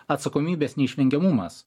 atsakomybės neišvengiamumas